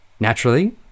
Naturally